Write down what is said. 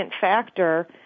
factor